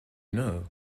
know